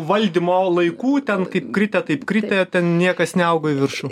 valdymo laikų ten kaip kritę taip kritę ten niekas neaugo į viršų